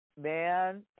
man